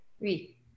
Oui